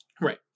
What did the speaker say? Right